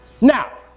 Now